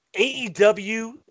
AEW